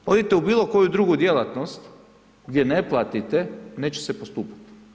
Odite u bilo koju drugu djelatnost gdje ne platite, neće se postupati.